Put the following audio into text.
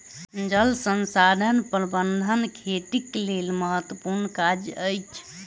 जल संसाधन प्रबंधन खेतीक लेल महत्त्वपूर्ण काज अछि